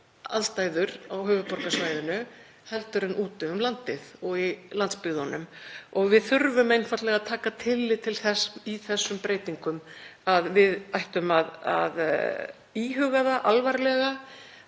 allt aðrar á höfuðborgarsvæðinu en úti um landið og í landsbyggðunum, og við þurfum einfaldlega að taka tillit til þess í þessum breytingum. Við ættum að íhuga það alvarlega